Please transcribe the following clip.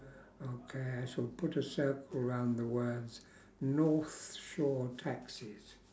okay I shalll put a circle around the words north shore taxis